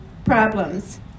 problems